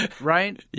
right